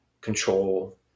control